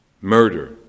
Murder